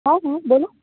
હા હા બોલો